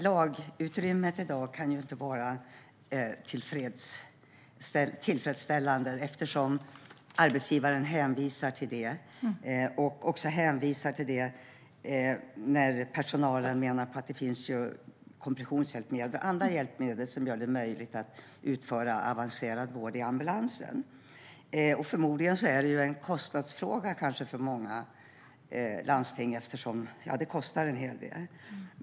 Lagutrymmet kan inte vara tillfredsställande i dag eftersom arbetsgivaren hänvisar till det, också när personalen menar på att det finns kompressionshjälpmedel och andra hjälpmedel som gör det möjligt att utföra avancerad vård i ambulansen. Förmodligen är det en kostnadsfråga för många landsting. Det kostar en hel del.